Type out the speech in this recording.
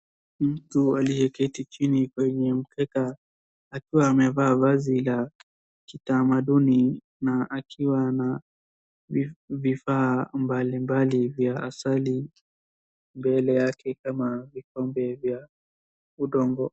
Mtu aliyeketi chini kwenye mkeka akiwa amevaa vazi la tamaduni na akiwa na vifaa mbalimbali vya asali mbele yake kama vikombe vya udongo.